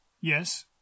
Yes